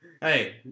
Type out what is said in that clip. Hey